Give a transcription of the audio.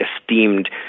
esteemed